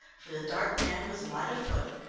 for the dark man was light of foot,